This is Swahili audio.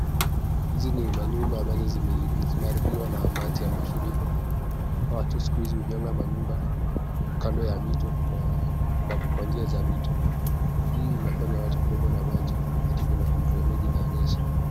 Hizi ni manyumba ambazo zimeharibiwa na maji ya mafuriko. Watu siku hizi hujenga manyumba kando ya mito na kwa njia za mito. Hii inafanya watu kubebwa na maji wakati kuna mvua mingi inayonyesha.